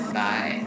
bye